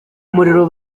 umuriro